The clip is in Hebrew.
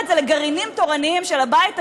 את זה לגרעינים תורניים של הבית היהודי,